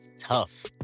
tough